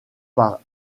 par